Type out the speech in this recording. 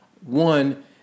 one